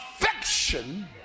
affection